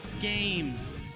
games